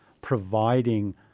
providing